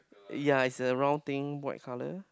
yea is a round thing white colour